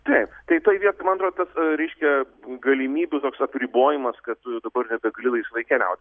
taip tai toj vietoj man atrodo tas reiškia galimybių toks apribojimas kad dabar nebegali laisvai keliaut